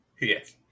Yes